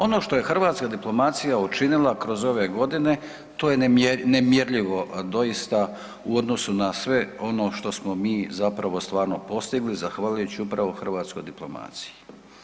Ono što je hrvatska diplomacija učinila kroz ove godine to je nemjerljivo doista u odnosu na sve ono što smo mi zapravo stvarno postigli zahvaljujući upravo hrvatskoj diplomaciji.